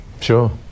Sure